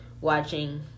watching